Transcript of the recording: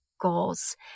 goals